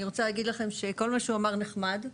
אני רוצה לומר לכם שכל מה שאריאל מזוז אמר לכם נחמד,